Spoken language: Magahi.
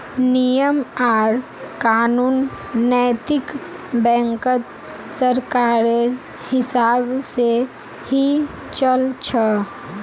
नियम आर कानून नैतिक बैंकत सरकारेर हिसाब से ही चल छ